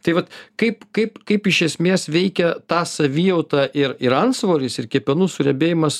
tai vat kaip kaip kaip iš esmės veikia tą savijautą ir ir antsvoris ir kepenų suriebėjimas